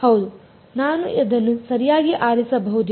ಹೌದು ನಾನು ಅದನ್ನು ಸರಿಯಾಗಿ ಆರಿಸಬಹುದಿತ್ತು